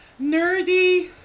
nerdy